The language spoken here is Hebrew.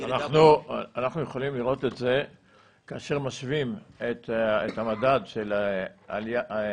אנחנו יכולים לראות את זה כאשר משווים את המדד של העלייה